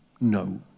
no